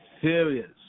serious